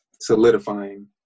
solidifying